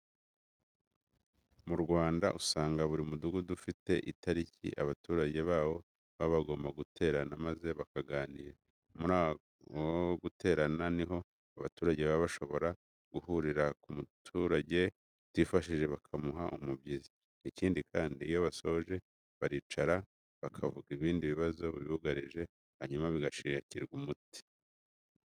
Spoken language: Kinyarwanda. Mu Rwanda usanga buri mudugudu uba ufite itariki abaturage bawo baba bagomba guterana maze bakaganira. Muri uko guterana ni ho abaturage baba bashobora guhurira ku muturage utifashije bakamuha umubyizi. Ikindi kandi, iyo basoje baricara bakavuga ibindi bibazo bibugarije hanyuma bigashakirwa umuti.